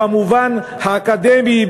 במובן האקדמי,